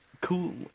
cool